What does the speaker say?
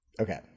Okay